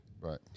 Right